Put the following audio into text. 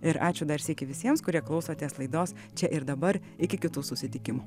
ir ačiū dar sykį visiems kurie klausotės laidos čia ir dabar iki kitų susitikimų